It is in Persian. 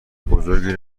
بزرگی